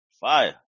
Fire